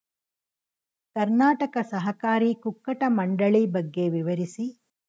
ಕರ್ನಾಟಕ ಸಹಕಾರಿ ಕುಕ್ಕಟ ಮಂಡಳಿ ಬಗ್ಗೆ ವಿವರಿಸಿ?